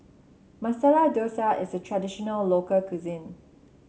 Masala Dosa is a traditional local cuisine